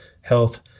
health